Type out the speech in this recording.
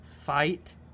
Fight